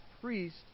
priest